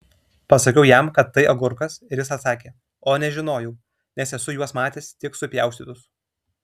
pasakiau jam kad tai agurkas ir jis atsakė o nežinojau nes esu juos matęs tik supjaustytus